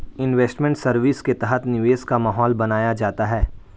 investment service के तहत निवेश का माहौल बनाया जाता है